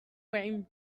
wearing